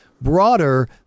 broader